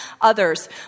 others